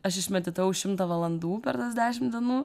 aš išmeditavau šimtą valandų per tas dešim dienų